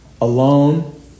alone